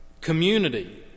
community